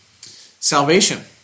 Salvation